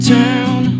town